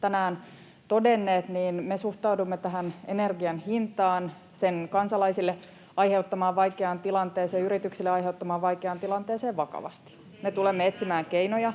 tänään todenneet, niin me suhtaudumme tähän energian hintaan ja sen kansalaisille aiheuttamaan vaikeaan tilanteeseen ja yrityksille aiheuttamaan vaikeaan tilanteeseen vakavasti. [Leena Meri: Se ei riitä!] Me tulemme etsimään keinoja,